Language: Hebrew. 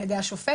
על ידי השופטת,